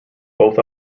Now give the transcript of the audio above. both